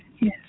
Yes